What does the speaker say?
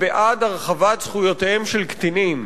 בעד הרחבת זכויותיהם של קטינים,